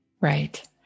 Right